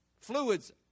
Fluids